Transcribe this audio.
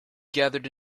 gathered